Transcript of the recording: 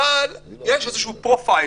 אבל יש איזשהו פרופיילינג,